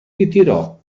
ritirò